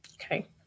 Okay